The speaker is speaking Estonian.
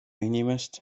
inimest